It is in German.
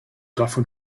davon